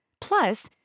Plus